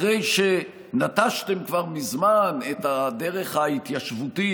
אחרי שנטשתם כבר מזמן את הדרך ההתיישבותית,